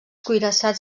cuirassats